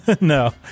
No